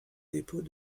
dépôt